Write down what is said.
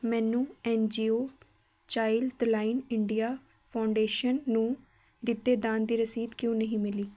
ਮੈਨੂੰ N G O Childline India foundation ਨੂੰ ਦਿੱਤੇ ਦਾਨ ਦੀ ਰਸੀਦ ਕਿਉਂ ਨਹੀਂ ਮਿਲੀ